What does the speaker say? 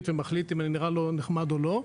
ומחליט אם אני נראה לו נחמד או לא,